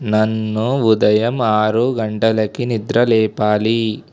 నన్ను ఉదయం ఆరు గంటలకి నిద్రలేపాలి